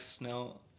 no